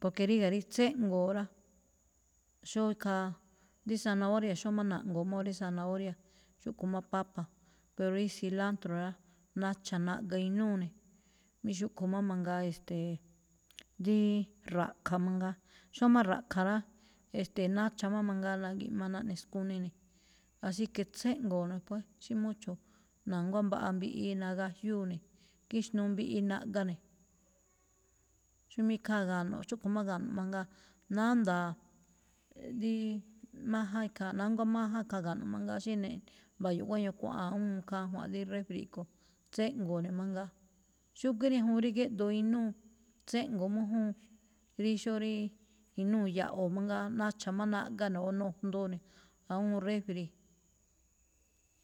porque réga̱ rí tséngo̱o̱ rá, xóo ikhaa, rí zanahoria xóó máꞌ na̱ꞌngo̱o̱ má wáa rí zanahoria, xúꞌkho̱ má papa, pero rí cilantro rá, nacha̱ naꞌga inúu̱ ne̱, mí xúꞌkho̱ má mangaa, e̱ste̱e̱, díí ra̱ꞌkha̱ mangaa. Xómá ra̱ꞌkha̱ rá, e̱ste̱e̱, nacha̱ má mangaa nagíꞌma naꞌne skuni ne̱. Así que tséꞌngo̱o̱ ne̱ pue, sí mucho na̱nguá mbaꞌa mbiꞌi nagajyúu ne̱, kíxnuu mbiꞌi naꞌga ne̱. xómá ikhaa gano̱ꞌ, xúꞌkho̱ má ga̱no̱ꞌ mangaa, nánda̱a̱ ríí máján ikhaa, nánguá máján khaa ga̱no̱ꞌ mangaa, xí ne mba̱yo̱ꞌ guéño kua̱ꞌa̱n awúun khaa ajwa̱nꞌ rí refri kho̱, tséꞌngo̱o̱ ne̱ mangaa. Xúgíí rí ñajuun rí géꞌdoo inúu, tséꞌngo̱o̱ méjúun rí xóo rí inúu ya̱ꞌwo̱ mangaa, nacha̱ má naꞌga ne̱ o nojndoo ne̱ awúun refri.